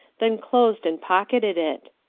then closed and pocketed it.